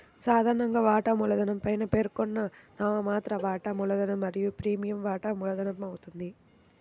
సాధారణంగా, వాటా మూలధనం పైన పేర్కొన్న నామమాత్ర వాటా మూలధనం మరియు ప్రీమియం వాటా మూలధనమవుతుంది